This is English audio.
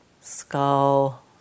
skull